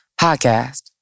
podcast